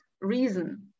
reason